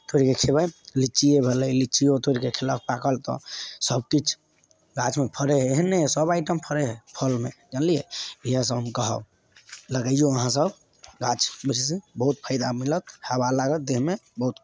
तोड़िके खयबै लीचिए भेलै लीचीओ तोड़िके खयलक पाकल तऽ सब किछु गाछमे फड़ैत हय एहन नहि हय सब आइटम फड़ैत हय फलमे जनलिए इएह सब हम कहब लगैयौ अहाँ सब गाछ बेसी बहुत फायदा मिलत हबा लागत देहमे बहुत